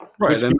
Right